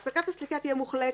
הפסקת הסליקה תהיה מוחלטת.